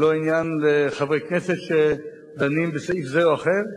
זה לא עניין לחברי כנסת שדנים בסעיף זה או אחר.